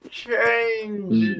change